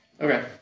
Okay